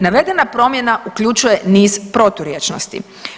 Navedena promjena uključuje niz proturječnosti.